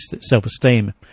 self-esteem